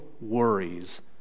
worries